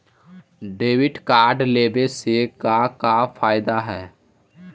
Debit card लेवे से का का फायदा है?